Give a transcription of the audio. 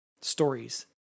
Stories